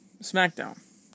SmackDown